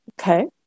Okay